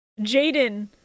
Jaden